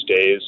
days